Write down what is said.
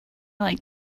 like